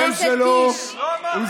השם שלו הוזכר.